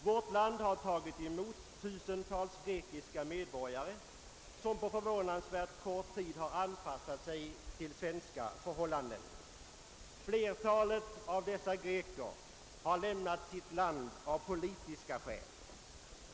Vårt land har tagit emot tusentals grekiska medborgare som på förvånansvärt kort tid har anpassat sig till svenska förhållanden. Flertalet av dessa greker har lämnat sitt land av politiska skäl.